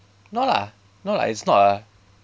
no lah no lah it's not lah